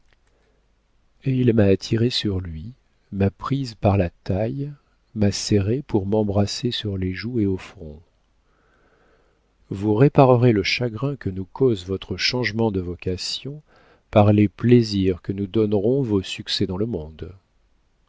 et il m'a attirée sur lui m'a prise par la taille m'a serrée pour m'embrasser sur les joues et au front vous réparerez le chagrin que nous cause votre changement de vocation par les plaisirs que nous donneront vos succès dans le monde